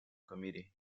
committee